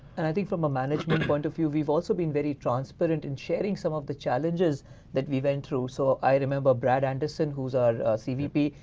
and i think from a management point of view we've also been very transparent in sharing some of the challenges that we went through. so i remember brad anderson, who's our cvp,